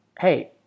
hey